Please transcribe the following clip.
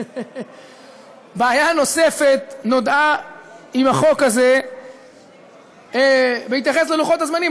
בעיה נוספת נודעה עם החוק הזה בהתייחס ללוחות-הזמנים.